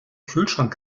kühlschrank